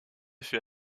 fait